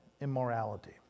immorality